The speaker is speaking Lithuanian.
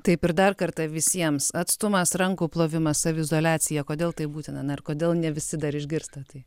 taip ir dar kartą visiems atstumas rankų plovimas saviizoliacija kodėl tai būtina na ir kodėl ne visi dar išgirsta tai